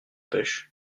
pêche